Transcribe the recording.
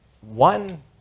one